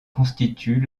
constituent